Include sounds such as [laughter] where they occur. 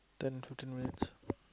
ten fifteen more minutes [noise]